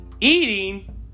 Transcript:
eating